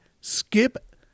skip